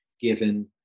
given